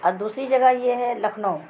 اور دوسری جگہ یہ ہے لکھنؤ